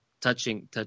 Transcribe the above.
touching